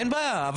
אין בעיה.